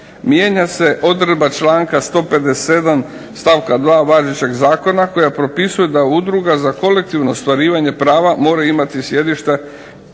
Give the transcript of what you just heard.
Mijenja se odredba članka 157. stavka 2. važećeg zakona koja propisuje da Udruga za kolektivno ostvarivanje autorskog prava mora imati sjedište